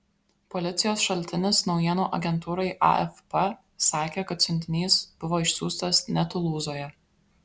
policijos šaltinis naujienų agentūrai afp sakė kad siuntinys buvo išsiųstas ne tulūzoje